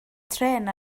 trên